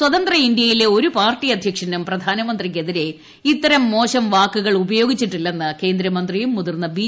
സ്വതന്ത്ര ഇന്ത്യയിലെ ഒരു പാർട്ടി അദ്ധ്യക്ഷനും പ്രധാനമന്ത്രിക്കെതിരെ ഇത്തരം മോശം വാക്കുകൾ ഉപയോഗിച്ചിട്ടില്ലെന്ന് കേന്ദ്രമന്ത്രിയും മുതിർന്ന ബി